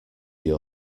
your